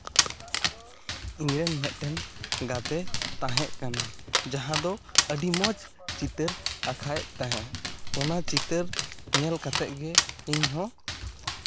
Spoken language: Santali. ᱤᱧ ᱨᱮᱱ ᱢᱤᱫᱴᱮᱱ ᱜᱟᱛᱮ ᱛᱟᱦᱮᱸᱫ ᱠᱟᱱᱟᱭ ᱡᱟᱦᱟᱸ ᱫᱚ ᱟᱹᱰᱤ ᱢᱚᱡᱽ ᱪᱤᱛᱟᱹᱨ ᱟᱸᱠᱟᱣᱮᱫ ᱛᱟᱦᱮᱸᱫᱼᱮ ᱚᱱᱟ ᱪᱤᱛᱟᱹᱨ ᱧᱮᱞ ᱠᱟᱛᱮᱜ ᱜᱮ ᱤᱧ ᱦᱚᱸ